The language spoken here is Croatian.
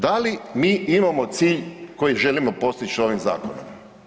Da li mi imamo cilj koji želimo postić ovim zakonom?